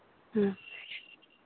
ꯎꯝ